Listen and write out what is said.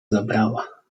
zabrała